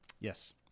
yes